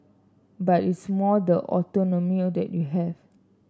but it's more the autonomy that you have